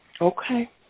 Okay